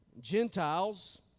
Gentiles